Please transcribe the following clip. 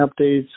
updates